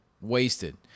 wasted